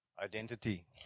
Identity